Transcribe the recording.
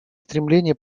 стремление